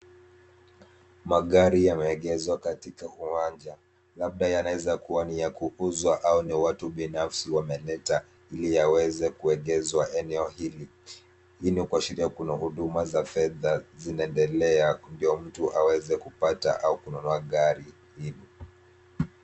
Magari yameegeshwa katika uwanja labda yanaweza kuwa ni ya kuuzwa au ni watu binafsi wameleta ili yaweze kuegeshwa eneo hili. Hii ni kuashiria kuna huduma za fedha zinaendelea ndio mtu aweze kupata au kununua gari hili.